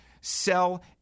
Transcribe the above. sell